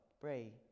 pray